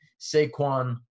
Saquon